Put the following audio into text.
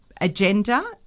agenda